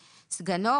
סגנו,